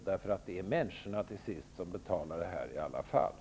Det är ju i alla fall till sist människorna som betalar detta.